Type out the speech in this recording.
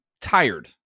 tired